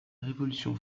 révolution